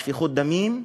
שפיכות דמים,